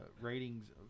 ratings